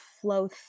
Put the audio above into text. flow